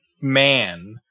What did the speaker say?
man